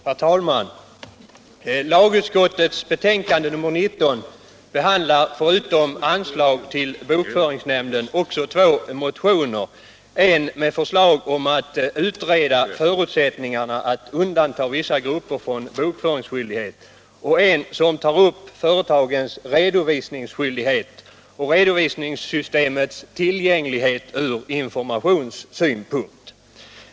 Herr talman! Lagutskottets betänkande nr 19 behandlar förutom anslag till bokföringsnämnden också två motioner, en med förslag om att utreda förutsättningarna att undanta vissa grupper från bokföringsskyldighet och en som tar upp företagens redovisningsskyldighet och redovisningssystemets tillgänglighet från informationssynpunkt.